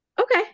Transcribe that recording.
Okay